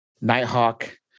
Nighthawk